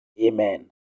Amen